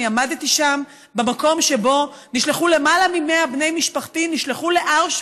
אני עמדתי שם במקום שבו נשלחו למעלה מ-100 בני משפחתי לאושוויץ.